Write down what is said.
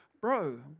bro